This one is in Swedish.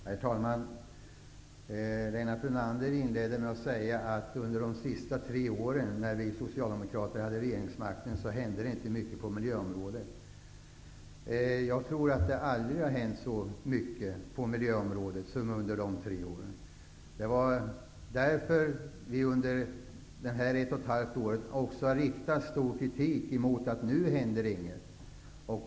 Herr talman! Lennart Brunander inledde med att säga att det inte hände så mycket på miljöområdet under de senaste tre åren med Socialdemokraterna vid regeringsmakten. Men jag tror att det aldrig har hänt så mycket på miljöområdet som just under de tre åren. Det är därför som vi under de senaste 18 månaderna väldigt mycket har kritiserat utvecklingen och sagt att det nu inte händer någonting.